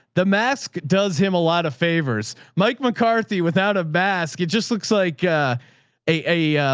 the mask does him a lot of favors mike mccarthy without a basket just looks like yeah a, a,